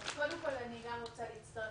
אז קודם כול גם אני רוצה להצטרף